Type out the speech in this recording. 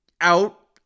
out